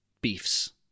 Beefs